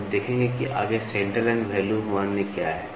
हम देखेंगे कि आगे सेंटर लाइन वैल्यू मान क्या है